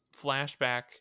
flashback